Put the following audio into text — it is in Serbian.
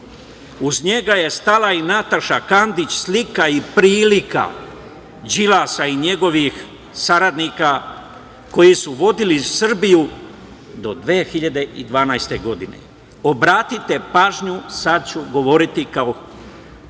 uz njega je stala i Nataša Kandić, slika i prilika Đilasa i njegovih saradnika koji su vodili Srbiju do 2012. godine. Obratite pažnju sada ću govoriti kao